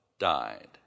Died